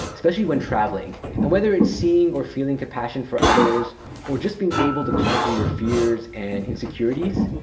especially when traveling. and whether it's seeing or feeling compassion for others or just being able to conquer your fears and insecurities,